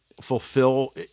fulfill